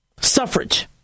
suffrage